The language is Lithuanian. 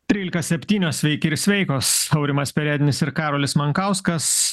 trylika septynios sveiki ir sveikos aurimas perednis ir karolis mankauskas